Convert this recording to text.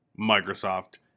Microsoft